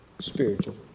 Spiritual